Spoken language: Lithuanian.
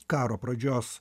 karo pradžios